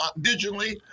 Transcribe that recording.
digitally